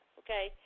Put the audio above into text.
okay